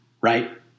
right